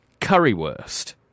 currywurst